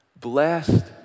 Blessed